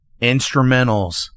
instrumentals